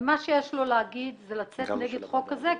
ומה שיש לו להגיד זה לצאת נגד החוק הזה,